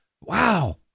Wow